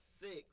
six